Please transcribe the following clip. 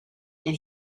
and